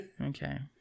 Okay